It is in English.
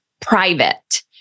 private